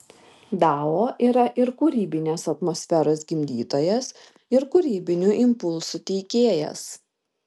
dao yra ir kūrybinės atmosferos gimdytojas ir kūrybinių impulsų teikėjas